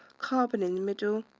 carbon in the middle,